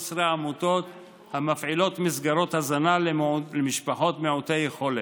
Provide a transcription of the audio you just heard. עמותות המפעילות מסגרות הזנה למשפחות מעוטות יכולת.